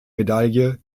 medaille